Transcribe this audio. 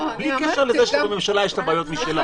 בלי קשר לכך שלממשלה יש בעיות משלה.